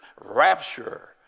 rapture